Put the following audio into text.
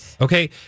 Okay